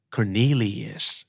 Cornelius